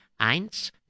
Eins